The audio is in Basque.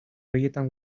horietan